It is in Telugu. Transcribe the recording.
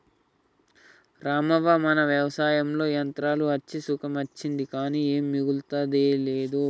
రామవ్వ మన వ్యవసాయంలో యంత్రాలు అచ్చి సుఖం అచ్చింది కానీ ఏమీ మిగులతలేదు